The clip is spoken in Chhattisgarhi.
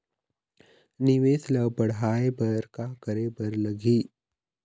निवेश ला बड़हाए बर का करे बर लगही?